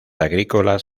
agrícolas